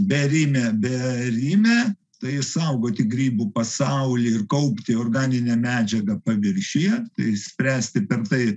bearimė bearimė tai išsaugoti grybų pasaulį ir kaupti organinę medžiagą paviršiuje tai spręsti per tai